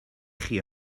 chi